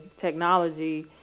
technology